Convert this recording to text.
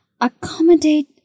accommodate